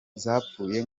zapfuye